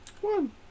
one